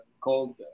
called